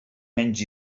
menys